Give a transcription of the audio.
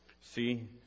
See